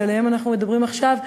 שעליהן אנחנו מדברים עכשיו,